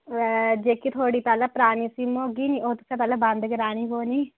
जेह्की थोआड़ी पैह्ले परानी सिम होग्गी निं ओह् तुसें पैह्ले बंद कराने पौनी